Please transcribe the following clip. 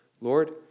Lord